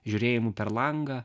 žiūrėjimu per langą